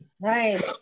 Nice